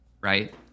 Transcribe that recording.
right